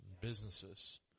businesses